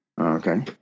Okay